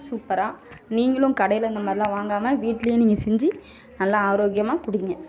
சூப்பராக நீங்களும் கடையில இந்த மாதிரிலாம் வாங்காமல் வீட்டிலயே நீங்கள் செஞ்சு நல்லா ஆரோக்கியமாக குடிங்கள்